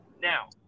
Now